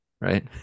right